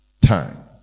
time